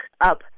up